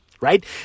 Right